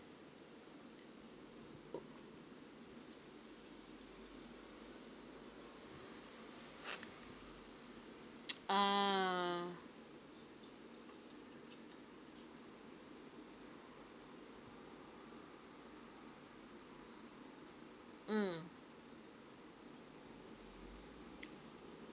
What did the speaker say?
ah mm